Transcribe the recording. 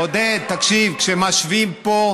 אם שגריר ישראל מקבל כסף על הרצאות,